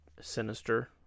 sinister